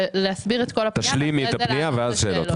אשמח להסביר את כל הפנייה ואז אענה על שאלות.